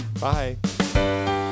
Bye